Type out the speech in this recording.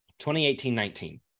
2018-19